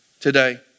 today